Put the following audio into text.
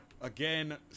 Again